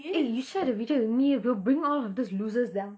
eh you share the video with me eh we'll bring all of these losers down